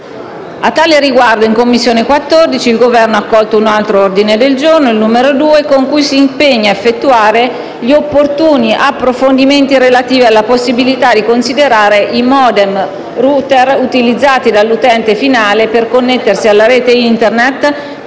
A tale riguardo, in 14a Commissione, il Governo ha accolto un altro ordine del giorno, il n. 2, con cui si impegna a effettuare gli opportuni approfondimenti relativi alla possibilità di considerare i *modem-router* utilizzati dall'utente finale per connettersi alla rete Internet